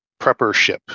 preppership